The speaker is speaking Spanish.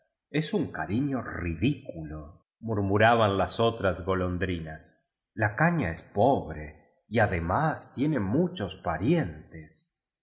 es un cariño ridiculo murmuraban las otras golondrinas la caña es pobre y además tiene muchos parientes